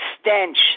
stench